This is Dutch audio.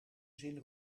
zin